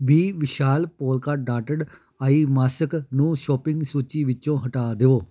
B ਵਿਸ਼ਾਲ polka dotted eye mask ਨੂੰ shopping ਸੂਚੀ ਵਿੱਚੋਂ ਹਟਾ ਦੇਵੋ